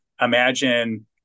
imagine